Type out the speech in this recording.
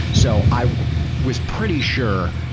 so i was pretty sure